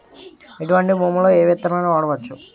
ఎటువంటి భూమిలో ఏ విత్తనాలు వాడవచ్చు?